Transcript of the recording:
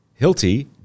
hilti